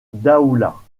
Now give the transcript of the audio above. daoulas